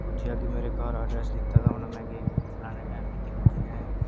पुज्जी जाह्गी मेरे घरै दा एड्रैस्स दित्ते दा होना मैं कि फलाने टैम मिकी पुज्जी जाए